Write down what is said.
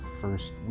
first